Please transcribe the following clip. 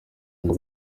ngo